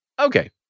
Okay